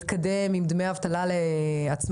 להתקדם עם דמי אבטלה לעצמאים,